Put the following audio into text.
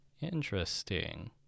Interesting